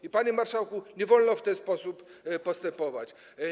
I, panie marszałku, nie wolno w ten sposób postępować.